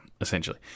essentially